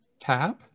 Tab